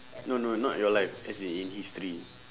no no not your life as in in history